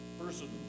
person